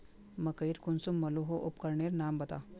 मकई कुंसम मलोहो उपकरनेर नाम बता?